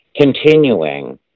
continuing